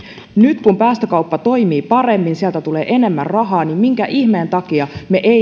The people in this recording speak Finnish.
nyt kun päästökauppa toimii paremmin ja sieltä tulee enemmän rahaa niin minkä ihmeen takia me emme